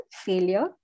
failure